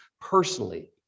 personally